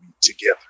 together